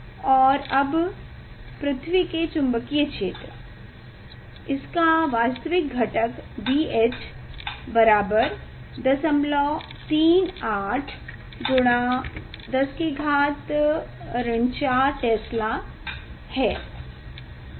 और अब पृथ्वी के चुंबकीय क्षेत्र इसका वास्तविक घटक BH बराबर 038X10 4 टेस्ला ठीक